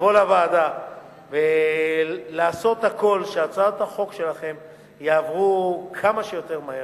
לבוא לוועדה ולעשות הכול כדי שהצעות החוק שלכם יעברו כמה שיותר מהר,